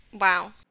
Wow